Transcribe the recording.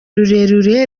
rurerure